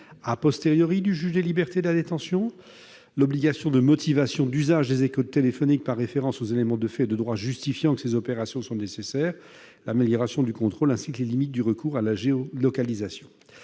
un contrôle du juge des libertés et de la détention, l'obligation de motivation d'usage des écoutes téléphoniques par référence aux éléments de fait et de droit justifiant que ces opérations sont nécessaires, l'amélioration du contrôle, ainsi que les limites du recours à la géolocalisation.